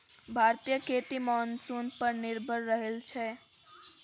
भारतीय खेती मानसून पर निर्भर रहइ छै